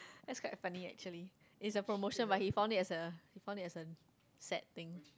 that's quite a funny actually it's a promotion but he found it as a he found it as a sad thing